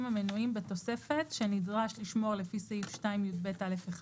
המנויים בתוספת שנדרש לשמור לפי סעיף 2יב(א)(1),